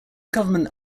government